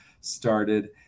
started